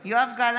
נגד יעקב ליצמן,